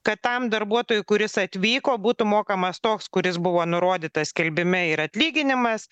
kad tam darbuotojui kuris atvyko būtų mokamas toks kuris buvo nurodytas skelbime ir atlyginimas